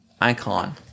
icon